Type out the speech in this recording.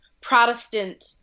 protestant